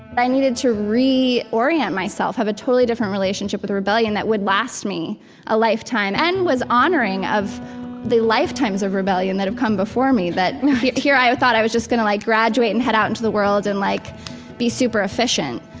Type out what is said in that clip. and i needed to reorient myself, have a totally different relationship with rebellion that would last me a lifetime, and was honoring of the lifetimes of rebellion that have come before me that here i thought i was just going to like graduate and head out into the world and like be super efficient.